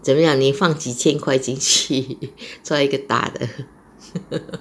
怎么样你放几千块进去做一个大的